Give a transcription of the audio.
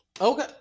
Okay